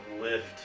lift